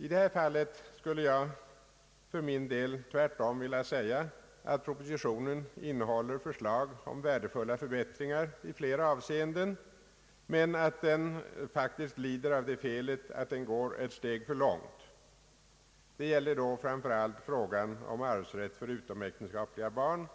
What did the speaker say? I det här fallet skulle jag för min del tvärtom vilja säga att propositionen innehåller förslag om värdefulla förbättringar i flera avseenden, men att den faktiskt lider av det felet att den går ett steg för långt. Detta gäller framför allt frågan om arvsrätt för utomäktenskapliga barn,